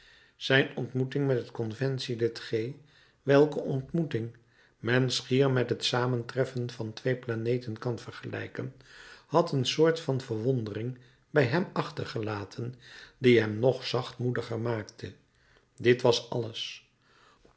zijn ontmoeting met het conventielid g welke ontmoeting men schier met het samentreffen van twee planeten kan vergelijken had een soort van verwondering bij hem achtergelaten die hem nog zachtmoediger maakte dit was alles